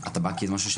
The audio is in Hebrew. אתה בא כי זה מעניין,